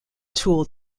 tool